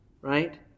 right